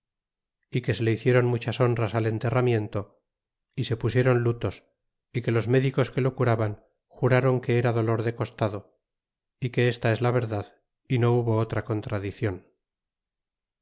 se le hiciéron muchas honras al enterramiento y se pusié ron lutos y que los médicos que lo curaban jurron que era dolor de costado y que esta es la verdad y no hubo otra contradicion